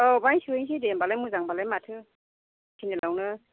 औ बेहायनो सोहैसै दे होम्बालाय मोजांबालाय माथो सेनेलावनो